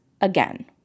again